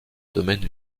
domaines